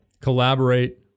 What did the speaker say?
Collaborate